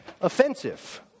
offensive